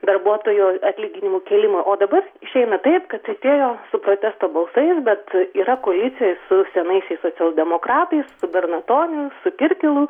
darbuotojų atlyginimų kėlimui o dabar išeina taip kad atėjo su protesto balsais bet yra kolicija su senaisiais socialdemokratais su bernatoniu su kirkilu